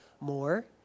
more